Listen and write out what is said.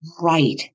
right